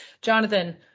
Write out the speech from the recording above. Jonathan